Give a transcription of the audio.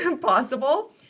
possible